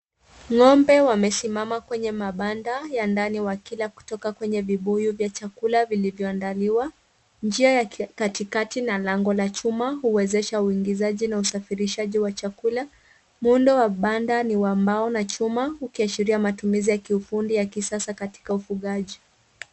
Ng'ombe wamesimama kwenye mabanda ya ndani wakila kutoka kwenye vibuyu vya chakula vilivyoandaliwa. Njia la katikati na lango la chuma huwezesha uingishaji na usafirishaji wa chakula. Muundo wa banda ni wa mbao na chuma ukiashiria matumizi ya kiufundi ya kisasa katika ufugaji.